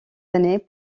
années